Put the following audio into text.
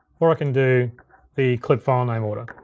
or i can do the clip file name order.